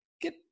get